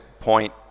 point